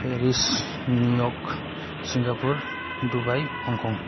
Paris New York Singapore Dubai Hong Kong